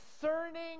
discerning